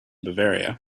bavaria